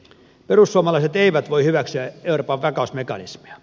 perussuomalaiset eivät voi hyväksyä euroopan vakausmekanismia